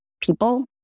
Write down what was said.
people